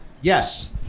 Yes